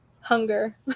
Hunger